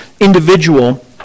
individual